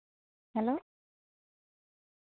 hello